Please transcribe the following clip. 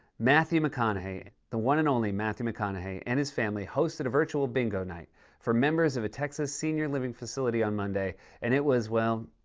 matthew mcconaughey, the one and only matthew mcconaughey, and his family, hosted a virtual bingo night for members of a texas senior living facility on monday and it was well,